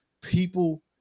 people